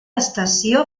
estació